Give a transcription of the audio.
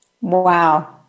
Wow